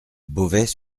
beauvais